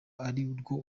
arirwo